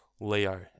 Leo